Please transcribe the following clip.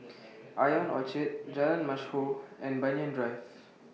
Ion Orchard Jalan Mashhor and Banyan Drive